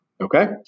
Okay